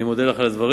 אני מודה לך על הדברים.